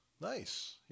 Nice